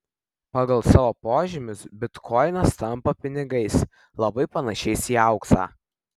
pagal savo požymius bitkoinas tampa pinigais labai panašiais į auksą